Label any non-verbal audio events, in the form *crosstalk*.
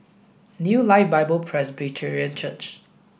New Life Bible *unintelligible* Church